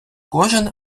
кожен